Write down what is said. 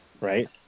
right